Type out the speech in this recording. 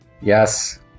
Yes